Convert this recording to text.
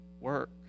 work